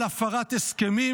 על הפרת הסכמים?